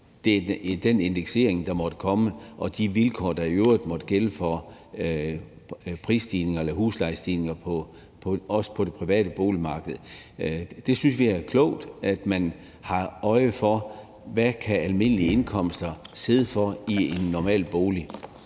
til den indeksering, der måtte komme, og de vilkår, der i øvrigt måtte gælde for huslejestigninger også på det private boligmarked. Vi synes, det er klogt, at man har øje for, hvad borgere med almindelige indkomster kan sidde for i en normal bolig.